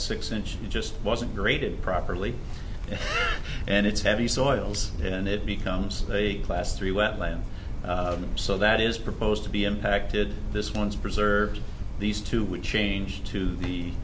six inch just wasn't graded properly and it's heavy soils and it becomes a class three wetland so that is proposed to be impacted this one's preserve these two would change to the